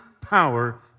power